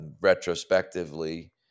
Retrospectively